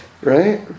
Right